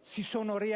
si sono raggiunti,